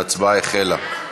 ההצבעה החלה.